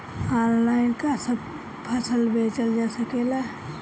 Online का सब फसल बेचल जा सकेला?